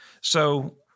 So-